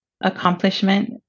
accomplishment